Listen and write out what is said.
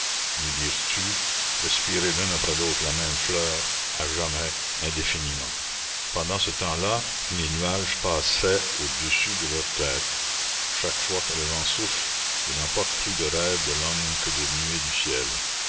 lui dire tu respirer l'un après l'autre la même fleur à jamais indéfiniment pendant ce temps-là les nuages passaient au-dessus de leur tête chaque fois que le vent souffle il emporte plus de rêves de l'homme que de nuées du ciel